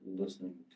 listening